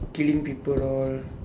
killing people all